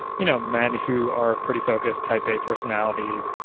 you know men who are pretty focused, type a personalities,